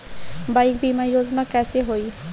Bike बीमा योजना कैसे होई?